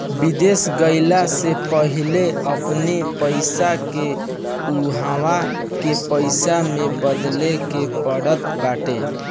विदेश गईला से पहिले अपनी पईसा के उहवा के पईसा में बदले के पड़त बाटे